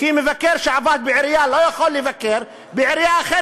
כי מבקר שעבד בעירייה לא יכול לבקר בעירייה אחרת,